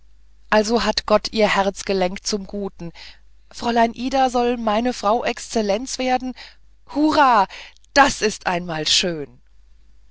also hat gott ihr herz gelenkt zum guten fräulein ida soll meine frau exzellenz werden hurra das ist einmal schön